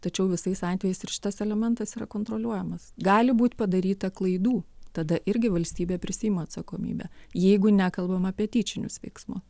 tačiau visais atvejais ir šitas elementas yra kontroliuojamas gali būt padaryta klaidų tada irgi valstybė prisiima atsakomybę jeigu nekalbam apie tyčinius veiksmus